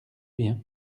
bien